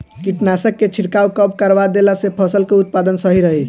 कीटनाशक के छिड़काव कब करवा देला से फसल के उत्पादन सही रही?